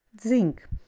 zinc